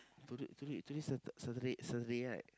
today today today Satur~ Saturday Saturday right